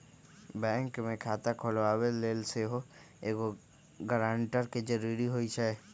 bank में खता खोलबाबे लेल सेहो एगो गरानटर के जरूरी होइ छै